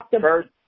First